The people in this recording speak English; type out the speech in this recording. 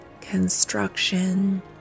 construction